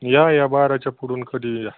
या या बाराच्या पुढून कधीही या